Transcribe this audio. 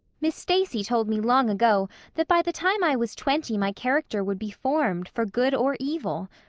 miss stacy told me long ago that by the time i was twenty my character would be formed, for good or evil.